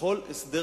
שבכל הסדר